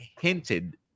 hinted